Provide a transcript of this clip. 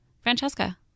Francesca